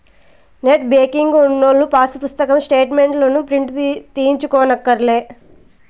net banking ఉన్నోల్లు pass పుస్తకం స్టేటు మెంట్లుని ప్రింటు తీయించుకోనక్కర్లే